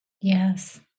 Yes